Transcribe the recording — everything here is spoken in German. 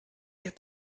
ihr